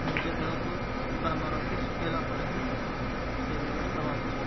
ନିଜ ଦେହକୁ ଓଦା ନରଖି ଶୁଖେଇଲା ପରେ ହିଁ ହାତ ସେ ଜାଗାରେ ଦେବା ଉଚିତ୍